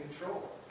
control